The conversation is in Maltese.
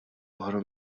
oħra